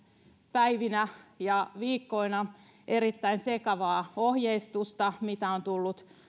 päivinä ja viikkoina erittäin sekavaa ohjeistusta mitä on tullut